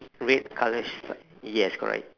red colour stripe yes correct